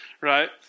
right